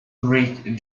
greek